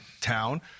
town